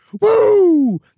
woo